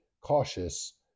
cautious